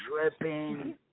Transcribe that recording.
dripping